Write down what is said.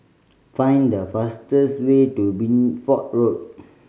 find the fastest way to Bideford Road